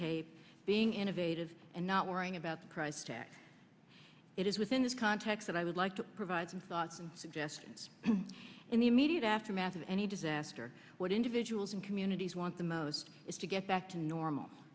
tape being innovative and not worrying about the price tag it is within this context i would like to provide some thoughts and suggestions in the immediate aftermath of any disaster what individuals and communities want the most is to get back to normal